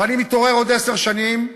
ואני מתעורר עוד עשר שנים,